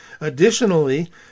Additionally